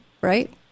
right